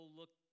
look